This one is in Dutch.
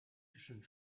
tussen